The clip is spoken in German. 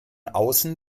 außen